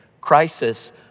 Crisis